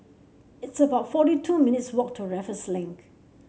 it's about forty two minutes' walk to Raffles Link